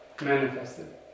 manifested